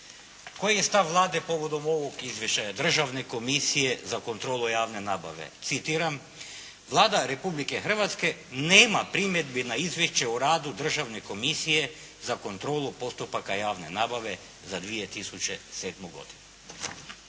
Koji je stav Vlade povodom ovog izvješća je Državne komisije za kontrolu javne nabave, citiram: "Vlada Republike Hrvatske nema primjedbe na izvješće o radu Državne komisije za kontrolu postupaka javne nabave za 2007. godinu."